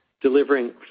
delivering